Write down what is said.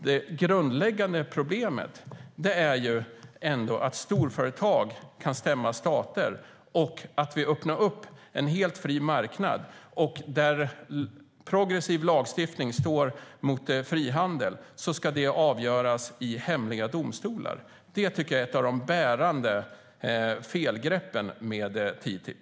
Det grundläggande problemet är ändå att storföretag kan stämma stater och att vi öppnar en helt fri marknad, och där progressiv lagstiftning står mot frihandel ska det avgöras i hemliga domstolar. Det tycker jag är ett av de bärande felgreppen med TTIP.